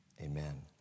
amen